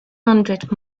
hundred